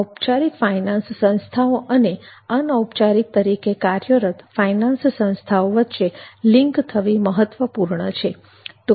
ઔપચારિક ફાઈનાન્સ સંસ્થાઓ અને અનૌપચારિક તરીકે કાર્યરત ફાઈનાન્સ સંસ્થાઓ વચ્ચે લિંક થવી મહત્વપૂર્ણ છે